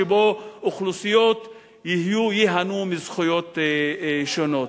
שבו אוכלוסיות ייהנו מזכויות שונות.